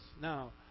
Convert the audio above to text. Now